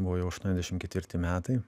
buvo jau aštuoniasdešim ketvirti metai